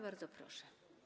Bardzo proszę.